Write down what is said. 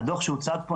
הדוח שהוצג פה,